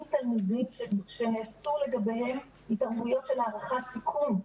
תלמידים שנעשו לגביהם התערבויות של הערכת סיכון,